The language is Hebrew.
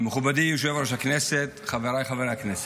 ויש את האנסאניה, מה אנסאניה?